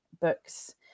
books